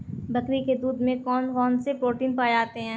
बकरी के दूध में कौन कौनसे प्रोटीन पाए जाते हैं?